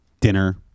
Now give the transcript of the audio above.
dinner